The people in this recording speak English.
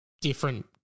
different